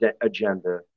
agenda